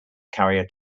carrier